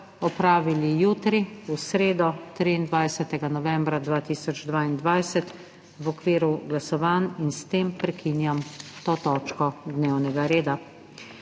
opravili jutri, v sredo, 23. novembra 2022, v okviru glasovanj. S tem prekinjam to točko dnevnega reda.